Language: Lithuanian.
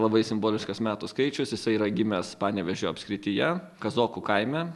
labai simboliškas metų skaičius jisai yra gimęs panevėžio apskrityje kazokų kaime